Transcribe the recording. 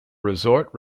resort